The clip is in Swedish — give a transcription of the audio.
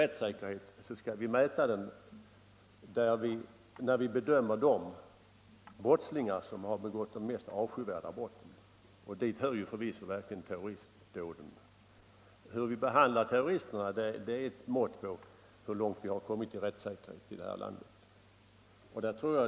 Rättssäkerheten skall vi mäta när vi bedömer de brottslingar som begått 35 de mest avskyvärda brotten, och dit hör förvisso terroristdåden. Hur vi behandlar terroristerna är ett mått på hur långt vi kommit i fråga om rättssäkerhet.